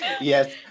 yes